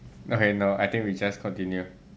okay no I think we just continue